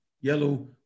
Yellow